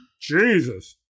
Jesus